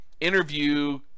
Interview